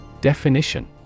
Definition